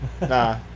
Nah